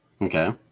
Okay